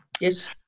yes